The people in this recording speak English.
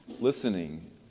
listening